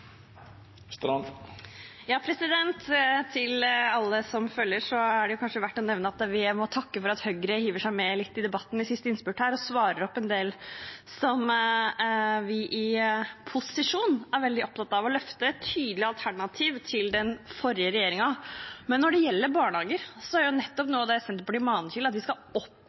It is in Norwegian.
Til alle som følger med, er det kanskje verdt å nevne at vi må takke for at Høyre hiver seg litt med i debatten i innspurten her og svarer opp en del av det som vi i posisjon, som et tydelig alternativ til den forrige regjeringen, er veldig opptatt av å løfte. Men når det gjelder barnehagene, er noe av det Senterpartiet maner til, at vi må komme oss opp